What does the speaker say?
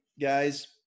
guys